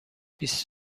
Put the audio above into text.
بیست